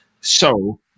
So-